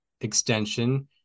extension